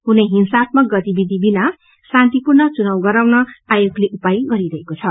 कुनै हिंसात्मक गतिविधि विना शान्तिपूष्र चुनाव गराउन आयोगले उपाय गरिरहेछ